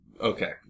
Okay